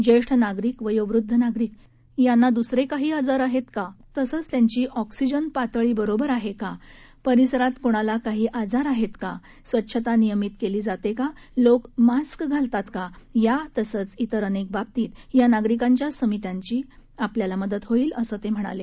ज्येष्ठ नागरिक वयोवृद्ध नागरिक यांना दुसरे काही आजार आहेत काल तसंच त्यांची ऑक्सिजन पातळी बरोबर आहे का परिसरात कुणाला काही आजार आहेत का स्वच्छता नियमित केली जाते का लोक मास्क घालतात का या तसंच तिर अनेक बाबतीत या नागरिकांच्या समित्याची आपल्याला मदत होईल असं ते म्हणाले